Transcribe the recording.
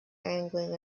angling